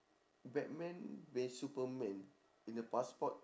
batman bin suparman in the passport